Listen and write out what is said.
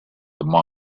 moment